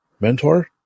Mentor